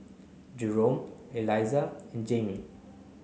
Jerome Eliza and Jayme